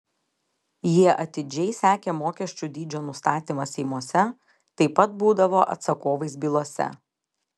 jie atidžiai sekė mokesčių dydžio nustatymą seimuose taip pat būdavo atsakovais bylose